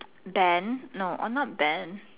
ban no uh not ban